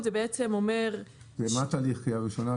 קריאה ראשונה,